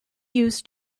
use